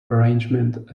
arrangement